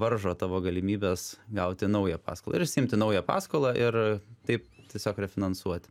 varžo tavo galimybes gauti naują paskolą ir išsiimti naują paskolą ir taip tiesiog refinansuoti